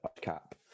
cap